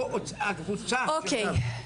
אוקי.